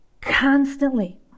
Constantly